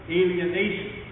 alienation